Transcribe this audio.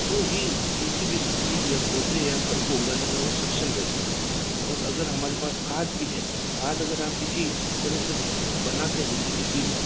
तो ही किसी भी सब्जी या पौधे या फल को उगाने में वह सक्षम रहती है और अगर हमारे पास खाद भी है खाद अगर आप किसी तरह से बनाते हैं जैसे किसी